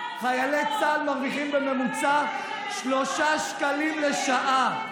חיילי צה"ל מרוויחים בממוצע שלושה שקלים לשעה.